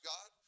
God